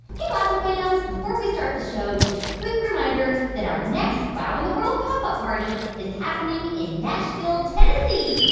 hey, wowzer fams, before we start the show, just a quick reminder that our next wow in the world pop up party is happening in nashville, tenn,